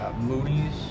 Moody's